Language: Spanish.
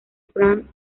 franz